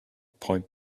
point